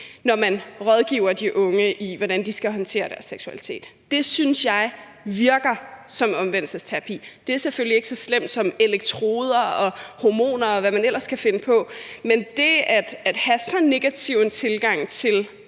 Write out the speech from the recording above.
når man rådgiver de unge i, hvordan de skal håndtere deres seksualitet. Det synes jeg virker som omvendelsesterapi. Det er selvfølgelig ikke så slemt som elektroder og hormoner, og hvad man ellers kan finde på. Men det at have så negativ en tilgang til